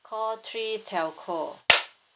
call three telco